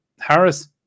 Harris